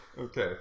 okay